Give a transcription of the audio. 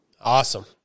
awesome